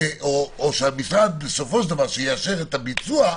המשרד שבסופו של דבר יאשר את הביצוע,